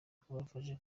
kubafasha